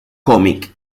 cómic